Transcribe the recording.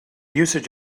usage